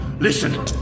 Listen